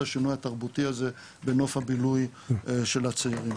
השינוי התרבותי הזה בנוף הבילוי של הצעירים.